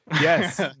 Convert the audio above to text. Yes